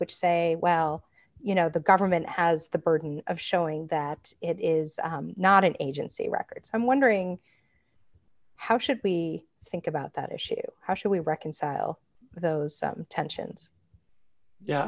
which say well you know the government has the burden of showing that it is not an agency records i'm wondering how should we think about that issue how should we reconcile those tensions yeah